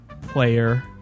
player